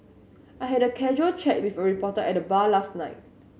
I had a casual chat with a reporter at the bar last night